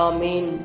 Amen